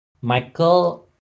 Michael